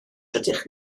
rydych